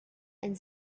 and